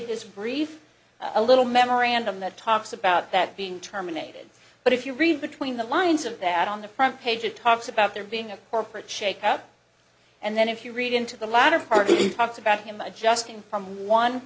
his brief a little memorandum that talks about that being terminated but if you read between the lines of that on the front page it talks about there being a corporate shake up and then if you read into the latter party talks about him adjusting from one